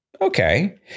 Okay